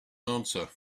answer